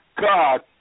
God